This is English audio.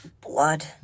Blood